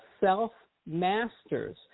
self-masters